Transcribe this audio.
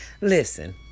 Listen